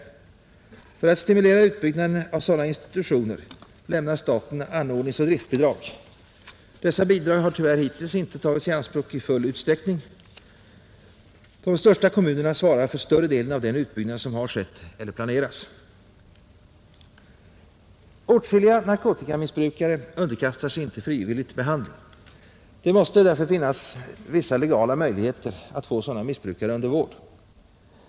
För att stimulera utbyggnaden av sådana institutioner lämnar staten anordningsoch driftbidrag. Dessa bidrag har tyvärr hittills inte tagits i anspråk i full utsträckning. De största kommunerna svarar för större delen av den utbyggnad som har skett eller planeras. Åtskilliga narkotikamissbrukare underkastar sig inte frivilligt behandling. Det måste finnas vissa legala möjligheter att få sådana missbrukare under vård.